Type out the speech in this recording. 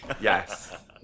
Yes